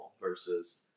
versus